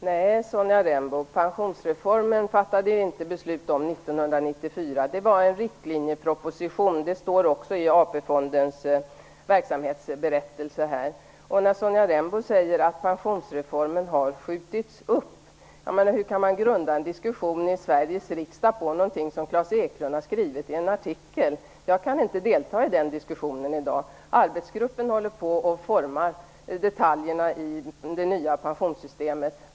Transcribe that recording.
Fru talman! Nej, Sonja Rembo, pensionsreformen fattade inte riksdagen beslut om 1994. Det beslutet gällde en riktlinjeproposition, vilket också står i AP Sonja Rembo säger att pensionsreformen har skjutits upp. Hur kan man grunda en diskussion i Sveriges riksdag på någonting som Klas Eklund har skrivit i en artikel? Jag kan inte delta i den diskussionen i dag. Arbetsgruppen håller på att utforma detaljerna i det nya pensionssystemet.